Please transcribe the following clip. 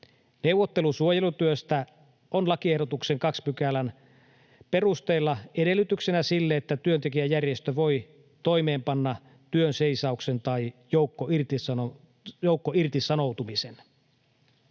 Neuvottelu suojelutyöstä on lakiehdotuksen 2 §:n perusteella edellytyksenä sille, että työntekijäjärjestö voi toimeenpanna työnseisauksen tai joukkoirtisanoutumisen.